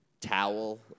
towel